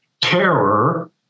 terror